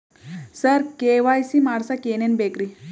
ಸರ KYC ಮಾಡಸಕ್ಕ ಎನೆನ ಬೇಕ್ರಿ?